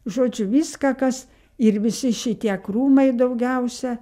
žodžiu viską kas ir visi šitie krūmai daugiausia